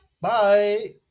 Bye